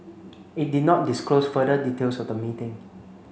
it did not disclose further details of the meeting